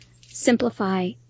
simplify